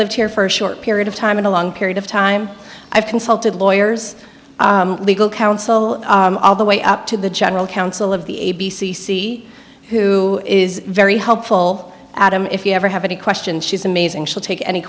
lived here for a short period of time in a long period of time i've consulted lawyers legal counsel all the way up to the general counsel of the a b c see who is very helpful adam if you ever have any question she's amazing she'll take any